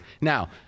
Now